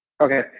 Okay